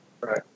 Right